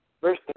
Verse